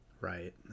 right